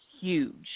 huge